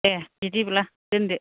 दे बिदिब्ला दोनदो